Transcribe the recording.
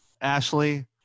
Ashley